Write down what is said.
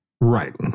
Right